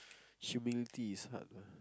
humility is hard lah